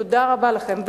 תודה רבה לכם.